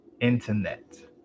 Internet